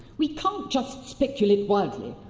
we can't just speculate wildly!